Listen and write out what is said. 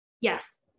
Yes